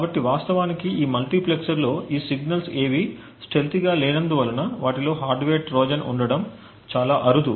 కాబట్టి వాస్తవానికి ఈ మల్టీప్లెక్సర్లో ఈ సిగ్నల్స్ ఏవీ స్టెల్తీగా లేనందు వలన వాటిలో హార్డ్వేర్ ట్రోజన్ ఉండడం చాలా అరుదు